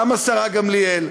גם השרה גמליאל,